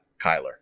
Kyler